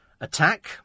attack